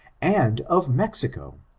and of mexico,